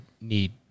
need